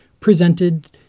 presented